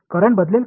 current बदलेल का